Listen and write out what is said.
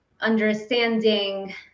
understanding